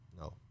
no